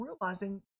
realizing